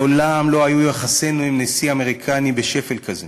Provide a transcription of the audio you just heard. מעולם לא היו יחסינו עם נשיא אמריקני בשפל כזה.